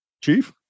Chief